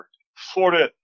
Florida